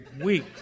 week